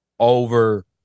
Over